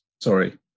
sorry